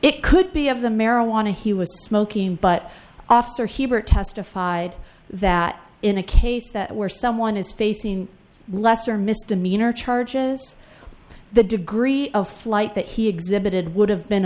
it could be of the marijuana he was smoking but officer heber testified that in a case that where someone is facing a lesser misdemeanor charges the degree of flight that he exhibited would have been